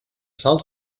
sal